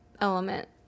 element